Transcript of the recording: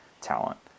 talent